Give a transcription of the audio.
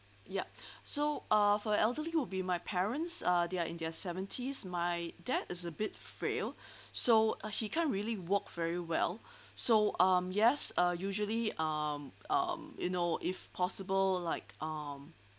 ya so uh for elderly will be my parents uh they are in their seventies my dad is uh bit frail so he can't really walk very well so um yes uh usually um um you know if possible like um